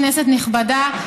כנסת נכבדה,